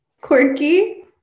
Quirky